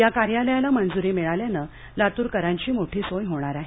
या कार्यालयाला मंज्री मिळाल्याने लातूरकरांची मोठी सोय होणार आहे